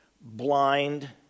blind